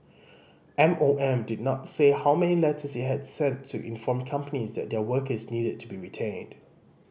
M O M did not say how many letters he had sent to inform companies that their workers needed to be retrained